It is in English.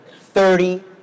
Thirty